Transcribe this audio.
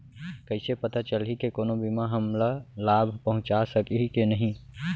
कइसे पता चलही के कोनो बीमा हमला लाभ पहूँचा सकही के नही